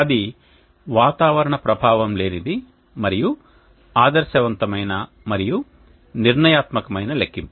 అది వాతావరణం ప్రభావం లేనిది మరియు ఆదర్శవంతమైన మరియు నిర్ణయాత్మకమైన లెక్కింపు